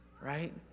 right